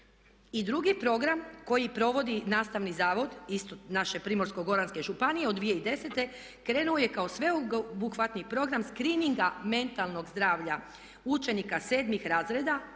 I drugi program koji provodi nastavni zavod, isto naše Primorsko-goranske županije od 2010. krenuo je kao sveobuhvatni program screeninga mentalnog zdravlja učenika sedmih razreda